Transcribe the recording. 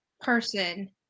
person